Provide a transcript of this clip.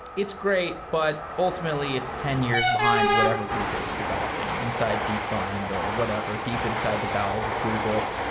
it's great, but ultimately it's ten years behind whatever google is developing inside deepmind or whatever, deep inside the bowels of google.